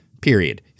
Period